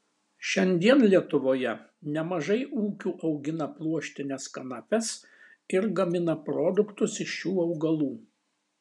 šiandien lietuvoje nemažai ūkių augina pluoštines kanapes ir gamina produktus iš šių augalų